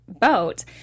boat